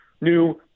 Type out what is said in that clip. new